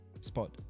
spot